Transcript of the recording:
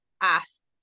asked